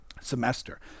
semester